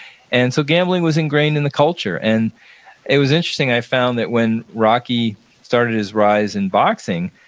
and so, gambling was ingrained in the culture. and it was interesting. i found that when rocky started his rise in boxing,